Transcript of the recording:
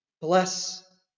Bless